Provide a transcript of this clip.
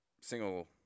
single